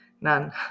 none